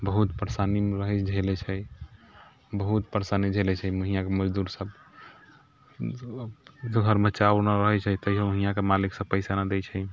बहुत परेशानीमे रहैत छै बहुत परेशानी झेलैत छै यहाँके मजदूर सब घरमे बच्चा रहैत छै तैयो मालिक सब पैसा नहि दै छै